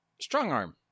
Strongarm